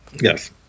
yes